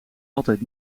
altijd